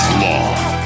law